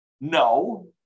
No